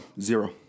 zero